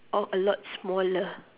or a lot smaller